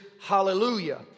hallelujah